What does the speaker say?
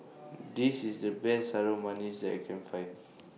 This IS The Best Harum Manis that I Can Find